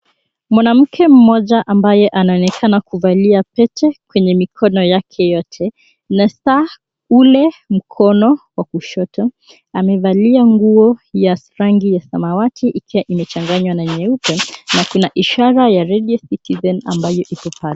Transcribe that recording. Mwanamke mmoja ambaye anaonekana kuvalia pete kwenye mikono yake yote na saa ule mkono wa kushoto. Amevalia nguo ya rangi ya samawati, ikiwa imechanganywa na nyeupe na kuna ishara ya Radio Citizen ambayo iko pale.